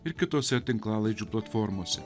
ir kitose tinklalaidžių platformose